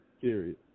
period